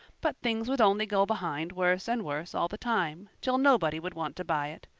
but things would only go behind worse and worse all the time, till nobody would want to buy it.